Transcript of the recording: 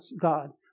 God